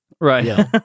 Right